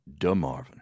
DeMarvin